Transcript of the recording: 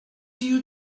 you